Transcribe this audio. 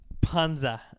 Panza